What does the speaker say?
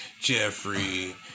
Jeffrey